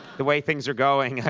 the way things are going,